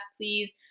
please